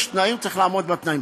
יש תנאים, צריך לעמוד בתנאים.